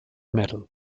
metal